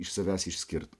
iš savęs išskirt